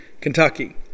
Kentucky